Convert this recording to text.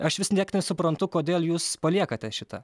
aš vis niek nesuprantu kodėl jūs paliekate šitą